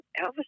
Elvis